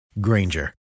Granger